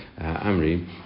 Amri